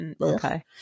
Okay